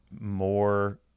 more